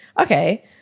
Okay